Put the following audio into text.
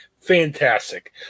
Fantastic